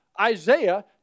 Isaiah